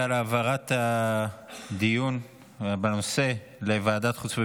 על העברת הדיון בנושא לוועדת החוץ והביטחון.